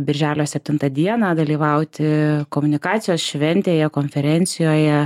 birželio septintą dieną dalyvauti komunikacijos šventėje konferencijoje